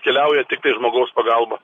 keliauja tiktai žmogaus pagalba